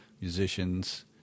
musicians